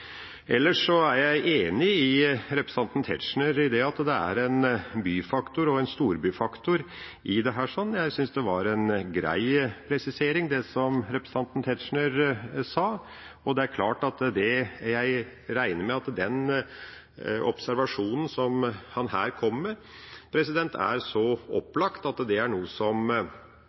Ellers er jeg enig med representanten Tetzschner i at det er en byfaktor og en storbyfaktor i dette. Jeg synes det var en grei presisering, det som representanten Tetzschner kom med. Jeg regner med at den observasjonen som han her kom med, er så opplagt at det er noe som